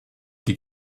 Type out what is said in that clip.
die